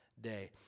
day